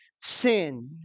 sin